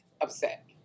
upset